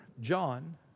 John